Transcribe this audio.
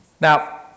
Now